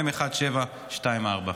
מ/1724.